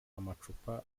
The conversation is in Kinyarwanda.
amacupa